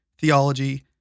theology